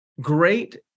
great